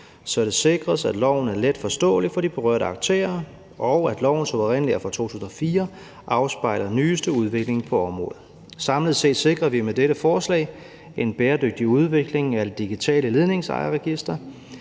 så det sikres, at loven er let forståelig for de berørte aktører, og at loven, som oprindelig er fra 2004, afspejler nyeste udvikling på området. Samlet set sikrer vi med dette forslag en bæredygtig udvikling af det digitale Ledningsejerregister,